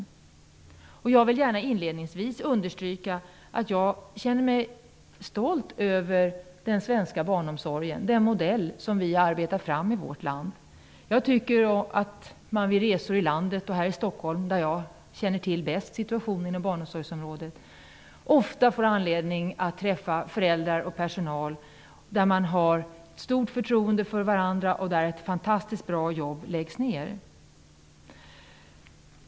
Inledningsvis vill jag gärna understryka att jag känner mig stolt över den svenska barnomsorgen, den modell som vi har arbetat fram i vårt land. Vid resor i landet och i Stockholm, där jag känner till situationen bäst inom barnomsorgsområdet, träffar jag ofta föräldrar och personal, som har stort förtroende för varandra, och ser att det är ett fantastiskt bra jobb som utförs.